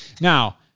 Now